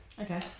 Okay